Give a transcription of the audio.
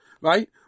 right